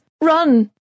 Run